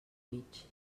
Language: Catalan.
mig